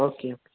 okay